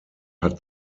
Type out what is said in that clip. hat